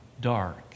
dark